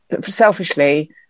selfishly